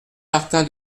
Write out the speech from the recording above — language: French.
martin